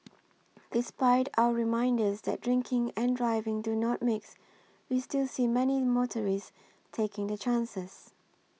despite our reminders that drinking and driving do not mix we still see many motorists taking their chances